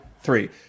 three